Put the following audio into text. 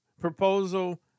proposal